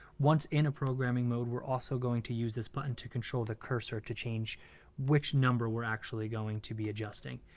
once in a programming mode, we're also going to use this button to control the cursor to change which number we're actually going to be adjusting.